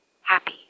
happy